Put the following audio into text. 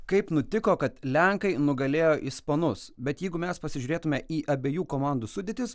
kaip nutiko kad lenkai nugalėjo ispanus bet jeigu mes pasižiūrėtume į abiejų komandų sudėtis